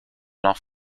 nach